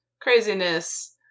craziness